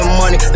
money